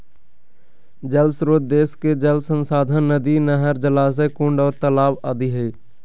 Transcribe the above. जल श्रोत देश के जल संसाधन नदी, नहर, जलाशय, कुंड आर तालाब आदि हई